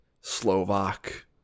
Slovak